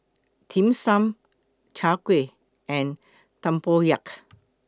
Dim Sum Chai Kuih and Tempoyak